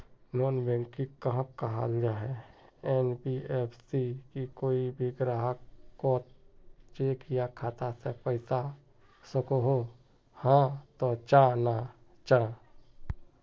Non banking कहाक कहाल जाहा जाहा एन.बी.एफ.सी की कोई भी ग्राहक कोत चेक या खाता से पैसा सकोहो, हाँ तो चाँ ना चाँ?